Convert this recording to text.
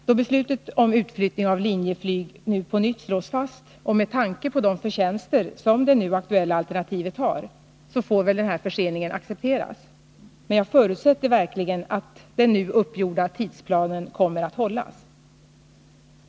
Då beslutet om utflyttning av Linjeflyg nu på nytt slås fast och med tanke på de förtjänster som det nu aktuella alternativet har, får väl den här förseningen accepteras, men jag förutsätter verkligen att den nu uppgjorda tidsplanen kommer att hållas.